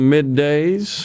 Middays